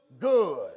good